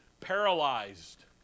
paralyzed